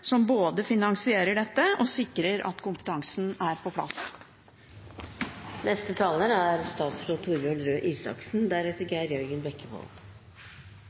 som både finansierer dette og sikrer at kompetansen er på plass.